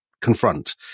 confront